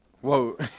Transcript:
Whoa